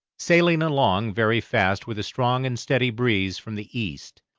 sailing along very fast with a strong and steady breeze from the east,